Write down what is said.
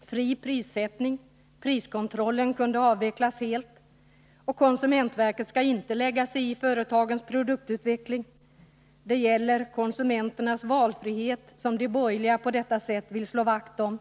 det skulle vara fri prissättning, priskontrollen kunde avvecklas helt. Och konsumentverket skulle inte lägga sig i företagens produktutveckling. Det gällde konsumenternas valfrihet, som de borgerliga på detta sätt ville slå vakt om.